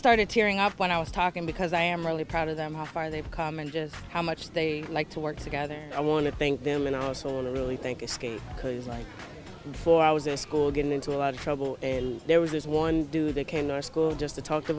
started tearing up when i was talking because i am really proud of them how far they've come and just how much they like to work together and i want to thank them and i also want to really thank escape because like before i was a school getting into a lot of trouble and there was this one do they came to our school just to talk